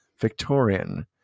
Victorian